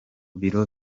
biro